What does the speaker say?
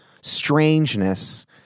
strangeness